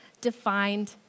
defined